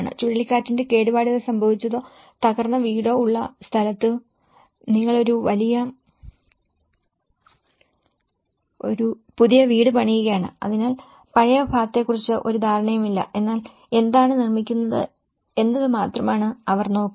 ചുഴലിക്കാറ്റിൽ കേടുപാടുകൾ സംഭവിച്ചതോ തകർന്ന വീടോ ഉള്ള സ്ഥലത്തു നിങ്ങൾ ഒരു പുതിയ വീട് പണിയുകയാണ് അതിനാൽ പഴയ ഭാഗത്തെക്കുറിച്ച് ഒരു ധാരണയുമില്ല എന്നാൽ എന്താണ് നിർമ്മിക്കുന്നത് എന്നത് മാത്രമാണ് അവർ നോക്കുന്നത്